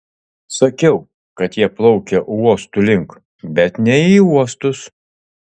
sakiau kad jie plaukia uostų link bet ne į uostus